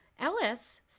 Ellis